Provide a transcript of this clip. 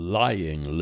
lying